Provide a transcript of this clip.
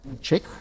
check